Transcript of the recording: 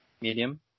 Medium